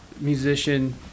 musician